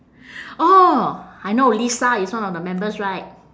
orh I know lisa is one of the members right